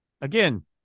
again